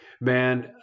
Man